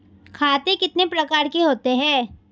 खाते कितने प्रकार के होते हैं?